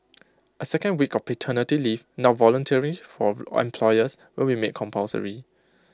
A second week of paternity leave now voluntary for employers will be made compulsory